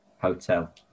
hotel